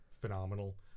phenomenal